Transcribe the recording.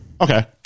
Okay